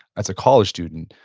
as a college student.